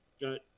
got